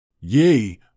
Yea